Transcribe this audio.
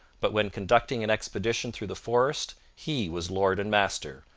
but when conducting an expedition through the forest he was lord and master,